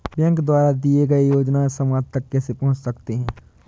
Bank द्वारा दिए गए योजनाएँ समाज तक कैसे पहुँच सकते हैं?